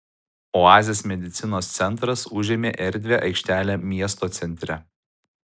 oazės medicinos centras užėmė erdvią aikštelę miesto centre